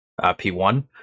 p1